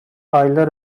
aylar